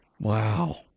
Wow